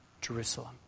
Jerusalem